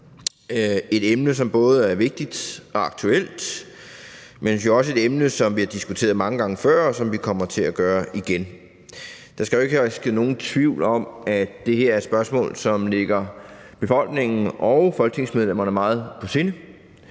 et emne, som både er vigtigt og aktuelt, men jo også et emne, som vi har diskuteret mange gange før, og hvilket vi kommer til at gøre igen. Der skal jo ikke herske nogen tvivl om, at det her er et spørgsmål, som ligger befolkningen og folketingsmedlemmerne meget på sinde,